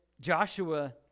Joshua